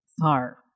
far